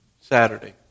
Saturday